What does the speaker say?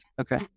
Okay